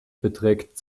beträgt